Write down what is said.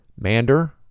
Mander